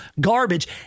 garbage